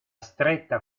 stretta